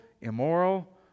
immoral